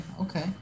Okay